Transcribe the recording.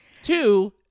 Two